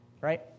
right